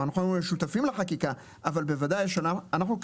אנחנו אמנם שותפים לחקיקה אבל בוודאי שאנחנו,